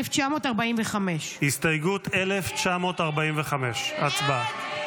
1945. הסתייגות 1945, הצבעה.